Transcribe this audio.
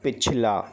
पिछला